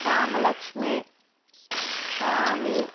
Ramalakshmi Swamy